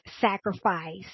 sacrifice